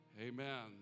Amen